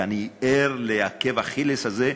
אני ער לעקב אכילס הזה,